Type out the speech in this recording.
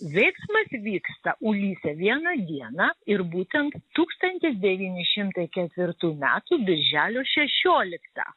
veiksmas vyksta ulise vieną dieną ir būtent tūkstantis devyni šimtai ketvirtų metų birželio šešioliktą